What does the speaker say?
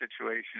situation